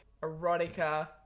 erotica